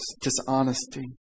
dishonesty